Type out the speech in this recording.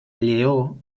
lleó